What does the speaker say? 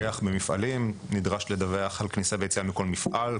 מי שמפקח במפעלים נדרש לדווח על כניסה ויציאה מכל מפעל,